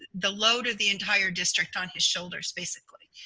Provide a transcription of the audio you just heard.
the load of the entire district on his shoulders, basically,